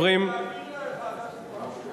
אני מבקש להעביר לוועדת החוקה.